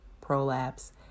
prolapse